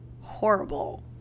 horrible